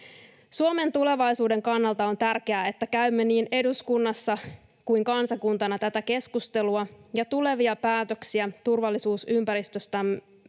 Suomen tulevaisuuden kannalta on tärkeää, että käymme niin eduskunnassa kuin kansakuntana tätä keskustelua ja tulevia päätöksiä turvallisuusympäristömme